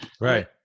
Right